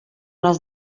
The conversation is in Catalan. les